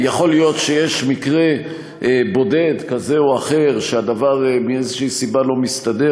יכול להיות שיש מקרה בודד כזה או אחר שהדבר מאיזו סיבה לא מסתדר,